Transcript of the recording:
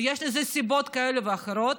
ויש לזה סיבות כאלה ואחרות,